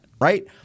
right